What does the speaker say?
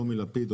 טומי לפיד,